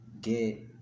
get